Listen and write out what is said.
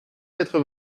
quatre